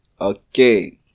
Okay